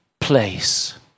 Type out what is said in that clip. place